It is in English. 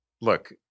look